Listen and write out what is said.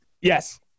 yes